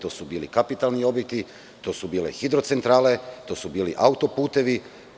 To su bili kapitalni objekti, to su bile hidrocentrale, to su bili autoputevi.